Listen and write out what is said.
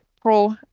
pro